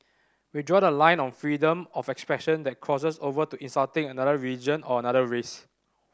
we draw the line on freedom of expression that crosses over to insulting another religion or another race